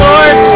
Lord